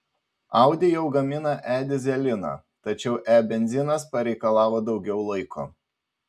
audi jau gamina e dyzeliną tačiau e benzinas pareikalavo daugiau laiko